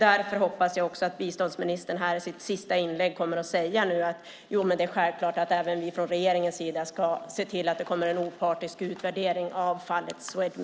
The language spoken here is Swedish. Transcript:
Därför hoppas jag att biståndsministern i sitt sista inlägg kommer att säga: Det är självklart att även vi från regeringens sida ska se till att det görs en opartisk utvärdering av fallet Swedmilk.